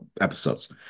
episodes